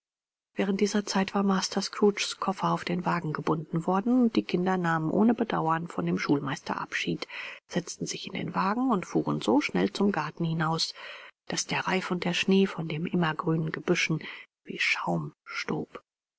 während dieser zeit war master scrooges koffer auf den wagen gebunden worden und die kinder nahmen ohne bedauern von dem schulmeister abschied setzten sich in den wagen und fuhren so schnell zum garten hinaus daß der reif und der schnee von den immergrünen gebüschen wie schaum